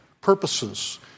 purposes